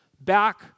back